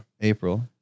April